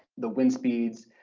the wind speeds,